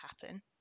happen